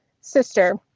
sister